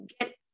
get